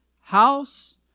house